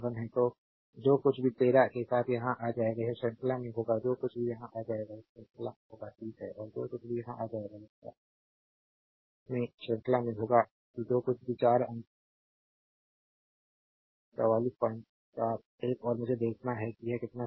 तो जो कुछ भी 13 के साथ यहां आ जाएगा यह श्रृंखला में होगा जो कुछ भी यहां आ जाएगा यह श्रृंखला में होगा 30 है और जो कुछ भी यहां आ जाएगा यह ४० में श्रृंखला में होगा कि जो कुछ भी 4 अंक ४ ४ ८८८ एक और मुझे देखना है कि यह कितना सही है